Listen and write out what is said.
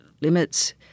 limits